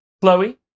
Chloe